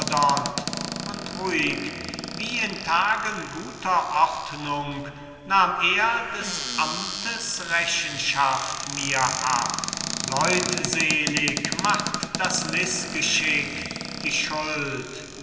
und ruhig wie in tagen guter ordnung nahm er des amtes rechenschaft mir ab leutselig macht das mißgeschick die schuld